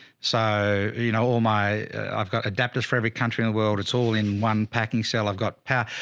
so, you know, all my i've got adapters for every country in the world. it's all in one packing cell. i've got power.